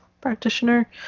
practitioner